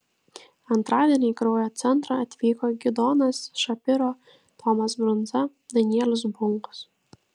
antradienį į kraujo centrą atvyko gidonas šapiro tomas brundza danielius bunkus